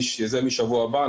זה משבוע הבא,